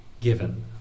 given